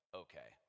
okay